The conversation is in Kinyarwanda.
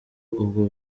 ubwo